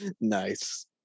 Nice